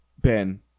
Ben